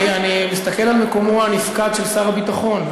אני מסתכל על מקומו הנפקד של שר הביטחון,